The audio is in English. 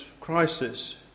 crisis